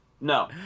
no